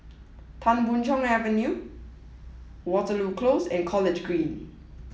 Tan Boon Chong Avenue Waterloo Close and College Green